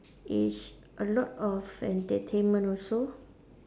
it's a lot of entertainment also